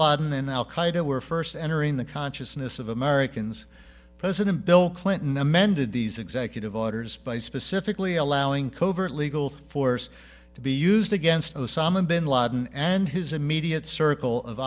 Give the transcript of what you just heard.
laden and al qaeda were first entering the consciousness of americans president bill clinton amended these executive orders by specifically allowing covert legal force to be used against osama bin laden and his immediate circle of